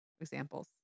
examples